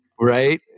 Right